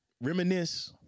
reminisce